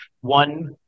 one